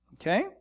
okay